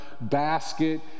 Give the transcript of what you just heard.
basket